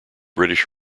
british